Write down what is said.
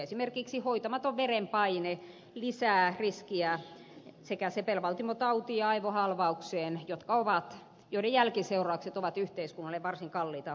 esimerkiksi hoitamaton verenpaine lisää riskiä sekä sepelvaltimotautiin että aivohalvaukseen joiden jälkiseuraukset ovat yhteiskunnalle varsin kalliita hoidettavia